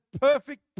perfect